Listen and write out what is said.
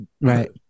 Right